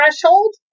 threshold